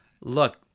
look